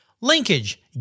Linkage